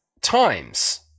times